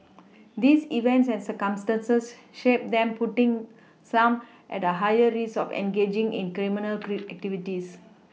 these events and circumstances shape them putting some at a higher risk of engaging in criminal Cree activities